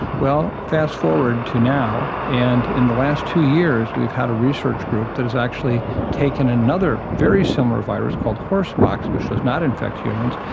well, fast forward to now, and in the last two years we've had a research group that has actually taken another very similar virus called horsepox, which does not infect humans,